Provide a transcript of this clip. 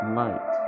light